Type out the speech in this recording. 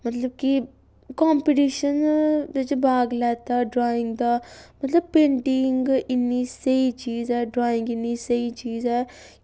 मतलब कि कंपीटीशन बिच्च भाग लैता ड्राइंग दा मतलब पेंटिंग इन्नी स्हेई चीज ऐ ड्राइंग इन्नी स्हेई चीज ऐ